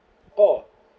oh